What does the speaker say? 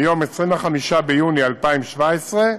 מיום 25 ביוני 2017,